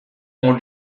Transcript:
ont